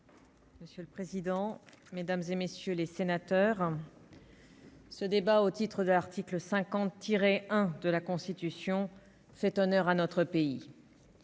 Monsieur le président, mesdames, messieurs les sénateurs, ce débat au titre de l'article 50-1 de la Constitution fait honneur à notre pays.